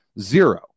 zero